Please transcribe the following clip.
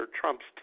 Trump's